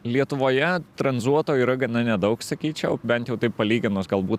lietuvoje tranzuotojų yra gana nedaug sakyčiau bent jau taip palyginus galbūt